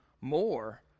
more